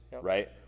right